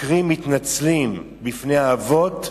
החוקרים מתנצלים בפני האבות,